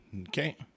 Okay